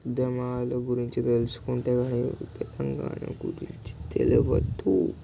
ఉద్యమాలు గురించి తెలుసుకుంటే కానీ తెలంగాణ గురించి తెలవదు